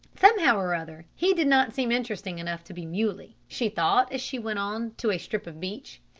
somehow or other he did not seem interesting enough to be muley, she thought as she went on to a strip of beach.